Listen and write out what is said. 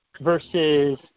versus